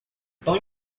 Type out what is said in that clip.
tão